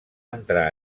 entrar